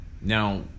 Now